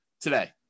today